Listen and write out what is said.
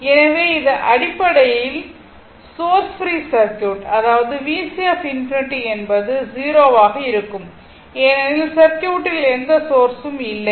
எனவே இது அடிப்படையில் சோர்ஸ் பிரீ சர்க்யூட் அதாவது VC ∞ என்பது 0 ஆக இருக்கும் ஏனெனில் சர்க்யூட்டில் எந்த சோர்ஸ் ம் இல்லை